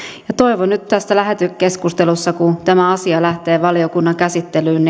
toivon nyt tässä lähetekeskustelussa kun tämä asia lähtee valiokunnan käsittelyyn